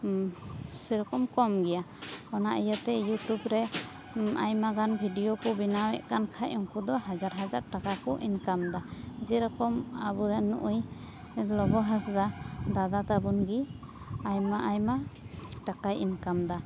ᱥᱮᱨᱚᱠᱚᱢ ᱠᱚᱢ ᱜᱮᱭᱟ ᱚᱱᱟ ᱤᱭᱟᱹᱛᱮ ᱤᱭᱩᱴᱩᱵ ᱨᱮ ᱟᱭᱢᱟ ᱜᱟᱱ ᱵᱷᱤᱰᱤᱭᱳ ᱠᱚ ᱵᱮᱱᱟᱣ ᱮᱫ ᱠᱟᱱ ᱠᱷᱟᱡ ᱩᱱᱠᱩ ᱫᱚ ᱦᱟᱡᱟᱨ ᱦᱟᱡᱟᱨ ᱴᱟᱠᱟ ᱠᱚ ᱤᱱᱠᱟᱢ ᱮᱫᱟ ᱡᱮ ᱨᱚᱠᱚᱢ ᱟᱵᱚᱨᱮᱱ ᱱᱩᱜ ᱩᱭ ᱞᱚᱵᱚ ᱦᱟᱥᱫᱟ ᱫᱟᱫᱟ ᱛᱟᱵᱚᱱ ᱜᱤ ᱟᱭᱢᱟ ᱟᱭᱢᱟ ᱴᱟᱠᱟᱭ ᱤᱱᱠᱟᱢ ᱮᱫᱟ